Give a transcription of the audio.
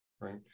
Right